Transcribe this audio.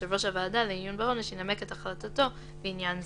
יושב ראש הוועדה לעיון בעונש ינמק את החלטתו בעניין זה.